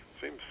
seems